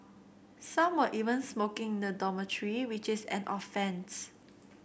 some were even smoking in the dormitory which is an offence